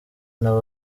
nabo